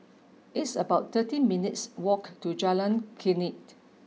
it's about thirteen minutes' walk to Jalan Klinik